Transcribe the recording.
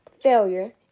failure